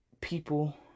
people